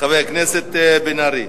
חבר הכנסת מיכאל בן-ארי.